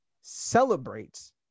celebrates